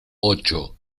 ocho